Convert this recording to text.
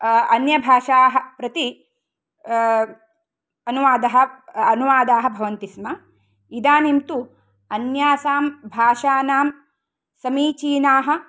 अन्यभाषाः प्रति अनुवादः अनुवादाः भवन्ति स्म इदानीं तु अन्यासां भाषानां समीचीनाः